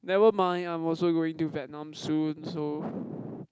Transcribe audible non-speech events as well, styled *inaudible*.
nevermind I'm also going to Vietnam soon so *breath*